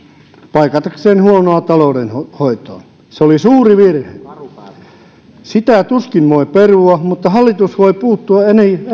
paikatakseen huonoa taloudenhoitoaan se oli suuri virhe sitä tuskin voi perua mutta hallitus voi puuttua